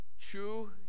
True